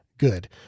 Good